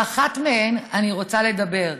על אחת מהן אני רוצה לדבר: